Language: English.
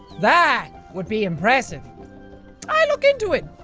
that would be impressive. i'll look into it.